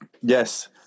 Yes